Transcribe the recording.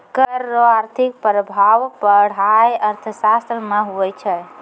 कर रो आर्थिक प्रभाब पढ़ाय अर्थशास्त्र मे हुवै छै